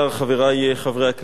חברי חברי הכנסת,